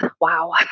Wow